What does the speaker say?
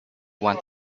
want